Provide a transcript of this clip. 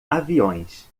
aviões